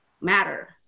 matter